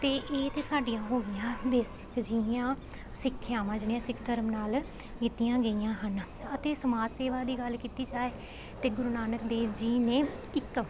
ਅਤੇ ਇਹ ਤਾਂ ਸਾਡੀ ਹੋਗੀਆਂ ਬੇਸਿਕ ਜਿਹੀਆਂ ਸਿੱਖਿਆਵਾਂ ਜਿਹੜੀਆਂ ਸਿੱਖ ਧਰਮ ਨਾਲ ਕੀਤੀਆਂ ਗਈਆਂ ਹਨ ਅਤੇ ਸਮਾਜ ਸੇਵਾ ਦੀ ਗੱਲ ਕੀਤੀ ਜਾਏ ਤਾਂ ਗੁਰੂ ਨਾਨਕ ਦੇਵ ਜੀ ਨੇ ਇੱਕ